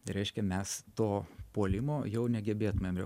reiškia mes to puolimo jau negebėtumėm